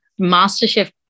MasterChef